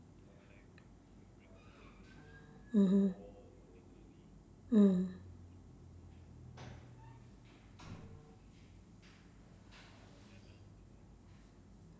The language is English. mmhmm mm